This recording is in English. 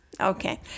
Okay